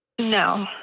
No